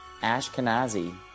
Ashkenazi